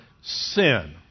sin